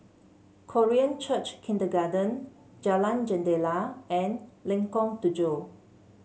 Korean Church Kindergarten Jalan Jendela and Lengkong Tujuh